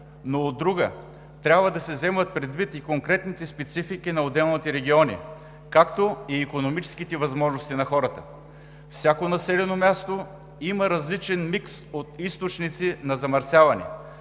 но, от друга – трябва да се вземат предвид конкретните специфики на отделните региони, както и икономическите възможности на хората. Всяко населено място има различен микс от източници на замърсяване,